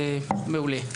מעולה.